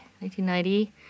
1990